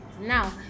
Now